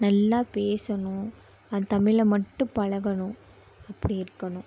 நல்லா பேசணும் அது தமிழை மட்டும் பழகணும் அப்படி இருக்கணும்